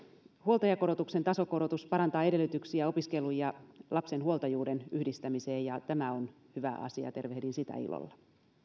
huoltajakorotuksen tasokorotus parantaa edellytyksiä opiskelun ja lapsen huoltajuuden yhdistämiseen ja tämä on hyvä asia tervehdin sitä ilolla